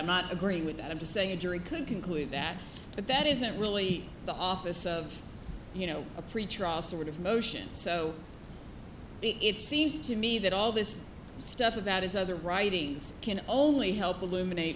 not agree with that i'm just saying a jury could conclude that but that isn't really the office of you know a pretrial sort of motion so it seems to me that all this stuff about his other writings can only help eliminate